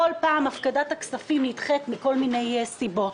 הפקדת הכספים נדחית שוב ושוב מכל מיני סיבות.